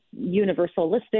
universalistic